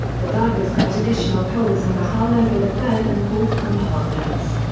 the divers cut additional holes in the hull over the third and fourth compartments.